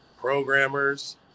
programmers